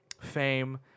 fame